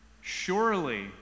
Surely